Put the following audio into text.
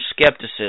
skepticism